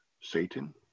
Satan